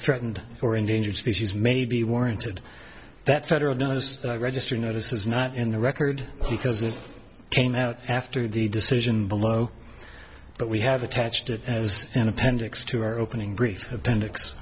threatened or endangered species may be warranted that federal register notice is not in the record because it came out after the decision below but we have attached it as an appendix to our opening brief bendix